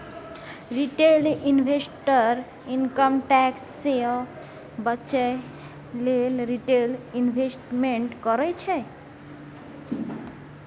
retail investor income tax सँ बचय लेल रिटेल इंवेस्टमेंट करय छै